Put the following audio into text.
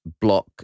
block